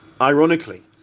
Ironically